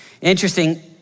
interesting